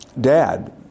dad